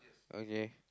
okay